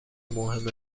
مهم